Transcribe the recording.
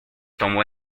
tomó